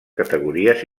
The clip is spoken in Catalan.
categories